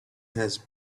has